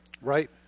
right